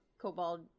cobalt